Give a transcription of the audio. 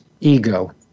ego